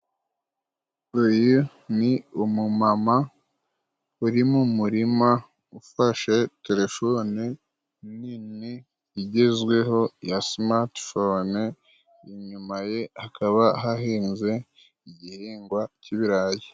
Uyu ni umumama uri mu murima ufashe telefone nini igezweho ya simatifone, inyuma ye hakaba hahinzwe igihingwa c'ibirayi.